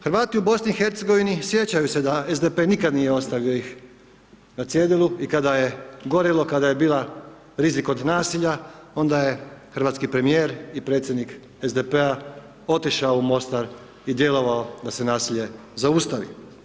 Hrvati u Bosni i Hercegovini sjećaju se da SDP-e nikada nije ostavio ih na cjedilu i kada je gorilo, kada je bio rizik od nasilja onda je hrvatski premijer i predsjednik SDP-a otišao u Mostar i djelovao da se nasilje zaustavi.